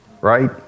right